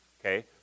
okay